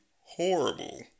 horrible